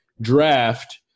draft